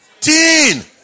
teen